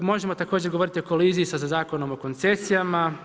Možemo također govoriti o koliziji sa zakonom o koncesijama.